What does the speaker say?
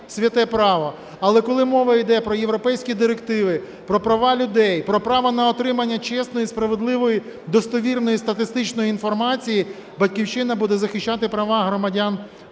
Але коли мова йде про європейські директиви, про права людей, про право на отримання чесної, справедливої, достовірної статистичної інформації, "Батьківщина" буде захищати права громадян